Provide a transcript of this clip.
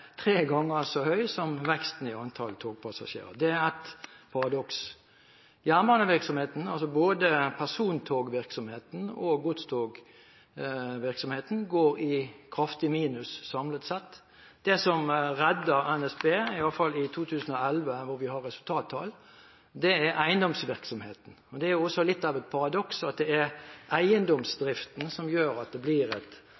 tre ganger så høy som veksten i antall togpassasjerer. Det er et paradoks. Jernbanevirksomheten – altså både persontogvirksomheten og godstogvirksomheten – går i kraftig minus samlet sett. Det som redder NSB – iallfall i 2011, hvor vi har resultattall – er eiendomsvirksomheten. Men det er jo også litt av et paradoks at det er eiendomsdriften som gjør at det blir et